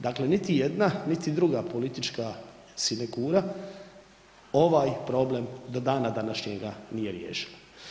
Dakle, niti jedna, niti druga politička sinekura ovaj problem do dana današnjega nije riješila.